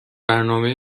برنامه